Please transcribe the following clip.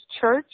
church